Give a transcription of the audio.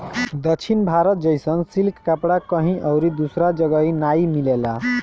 दक्षिण भारत जइसन सिल्क कपड़ा कहीं अउरी दूसरा जगही नाइ मिलेला